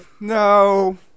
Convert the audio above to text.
No